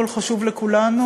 קודם כול,